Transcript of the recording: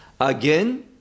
Again